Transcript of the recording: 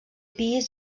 pis